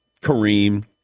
Kareem